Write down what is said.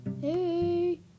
Hey